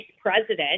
president